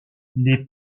les